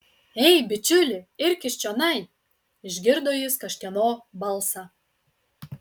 ei bičiuli irkis čionai išgirdo jis kažkieno balsą